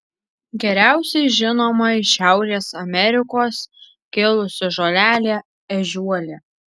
geriausiai žinoma iš šiaurės amerikos kilusi žolelė ežiuolė